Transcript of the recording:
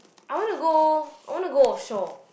I want to go I want to go offshore